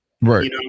Right